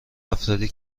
افرادی